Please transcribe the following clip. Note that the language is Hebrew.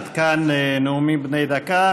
עד כאן נאומים בני דקה.